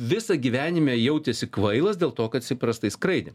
visą gyvenime jautėsi kvailas dėl to kad jisai prastai skraidė